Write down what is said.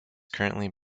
currently